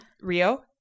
Rio